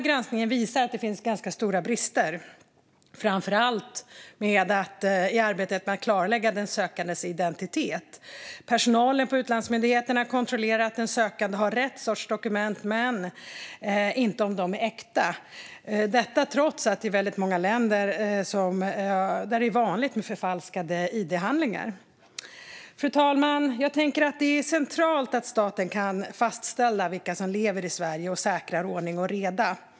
Granskningen visar att det finns ganska stora brister, framför allt i arbetet med att klarlägga den sökandes identitet. Personalen på utlandsmyndigheterna kontrollerar att den sökande har rätt sorts dokument men inte om de är äkta, detta trots att det i väldigt många länder är vanligt med förfalskade id-handlingar. Fru talman! Det är centralt att staten kan fastställa vilka som lever i Sverige och säkra ordning och reda.